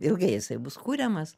ilgai jisai bus kuriamas